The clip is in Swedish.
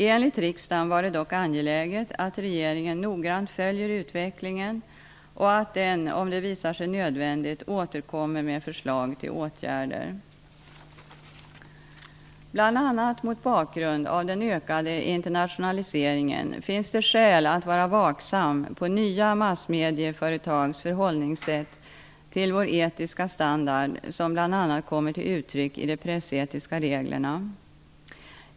Enligt riksdagen är det dock angeläget att regeringen noggrant följer utvecklingen och att den, om det visar sig nödvändigt, återkommer med förslag till åtgärder. Bl.a. mot bakgrund av den ökade internationaliseringen finns det skäl att vara vaksam på nya massmedieföretags förhållningssätt till vår etiska standard, som bl.a. kommer till uttryck i de pressetiska reglerna.